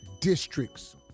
districts